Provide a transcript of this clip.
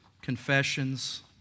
confessions